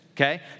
Okay